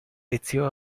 ezio